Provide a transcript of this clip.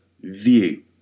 view